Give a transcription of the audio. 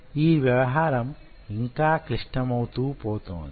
ఈ వ్యవహారం ఇంకా క్లిష్టమౌతూ పోతోంది